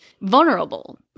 vulnerable